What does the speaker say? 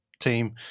Team